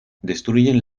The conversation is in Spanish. destruyen